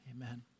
Amen